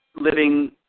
living